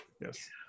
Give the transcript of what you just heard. Yes